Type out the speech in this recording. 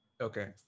Okay